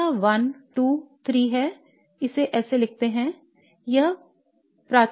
तो यह 1 2 3 है इसे लिखते हैं